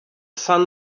sun